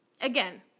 again